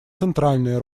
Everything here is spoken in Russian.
центральная